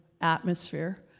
atmosphere